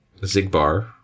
Zigbar